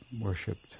worshipped